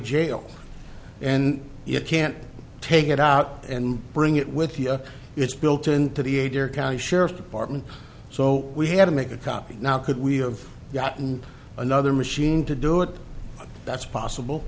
jail and you can't take it out and bring it with you it's built into the a dare county sheriff's department so we had to make a copy now could we of gotten another machine to do it that's possible